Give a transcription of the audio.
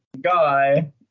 guy